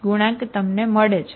છે જે ગુણાંક તમને મળે છે